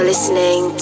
Listening